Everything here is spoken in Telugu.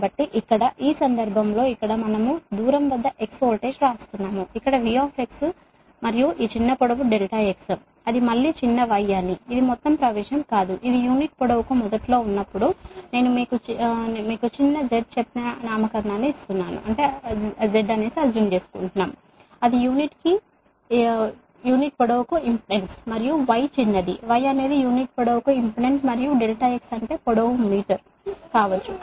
కాబట్టి ఇక్కడ ఈ సందర్భంలో ఇక్కడ మనం దూరం వద్ద x వోల్టేజ్ వ్రాస్తున్నాము ఇక్కడ V మరియు ఈ చిన్న పొడవు ∆x అది మళ్ళీ చిన్న y అని ఇది మొత్తం ప్రవేశం కాదు ఇది యూనిట్ పొడవుకు మొదట్లో ఉన్నప్పుడు నేను మీకు చిన్న z చెప్పిన నామకరణాన్ని ఇస్తున్నాను అంటే అది యూనిట్కు ఇది యూనిట్ పొడవుకు ఇంపెడెన్స్ మరియు y చిన్నది y అనేది యూనిట్ పొడవుకు ఇంపెడెన్స్ మరియు ∆x అంటే పొడవు మీటర్ కుడి కావచ్చు